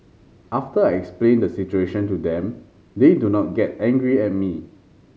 after I explain the situation to them they do not get angry at me